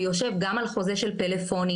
ויושב גם על חוזה של פלאפונים,